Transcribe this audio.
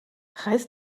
reiß